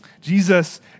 Jesus